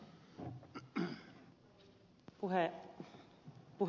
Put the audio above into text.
arvoisa puhemies